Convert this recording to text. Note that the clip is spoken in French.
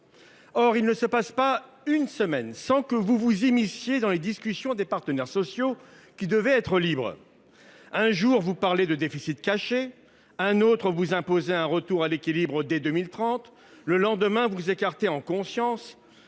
Or il ne se passe pas une semaine sans que vous vous immisciez dans les discussions des partenaires sociaux, qui devaient pourtant être libres. Un jour, vous parlez de « déficit caché »; un autre, vous imposez le retour à l’équilibre financier en 2030 ; le lendemain, vous écartez en conscience